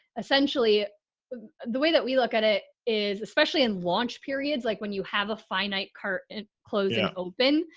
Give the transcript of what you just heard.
essentially the way that we look at it is, especially in launch periods, like when you have a finite cart and closing open.